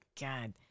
God